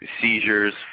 seizures